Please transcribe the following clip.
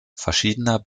verschiedener